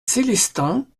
célestins